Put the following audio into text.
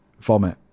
Vomit